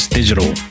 Digital